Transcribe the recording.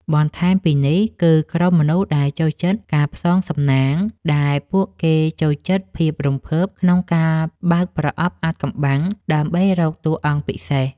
បន្ថែមពីនេះ គឺក្រុមមនុស្សដែលចូលចិត្តការផ្សងសំណាង ដែលពួកគេចូលចិត្តភាពរំភើបក្នុងការបើកប្រអប់អាថ៌កំបាំងដើម្បីរកតួអង្គពិសេស។